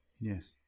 Yes